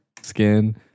skin